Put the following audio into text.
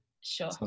sure